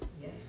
Yes